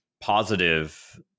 positive